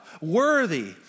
worthy